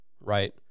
right